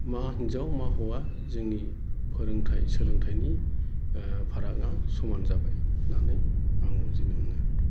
मा हिनजाव मा हौवा जोंनि फोरोंथाय सोलोंथाइनि फारागा समान जाबाय होननानै आं मिथिनो मोनो